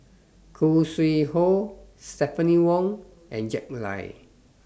Khoo Sui Hoe Stephanie Wong and Jack Lai